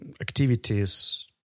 activities